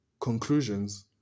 conclusions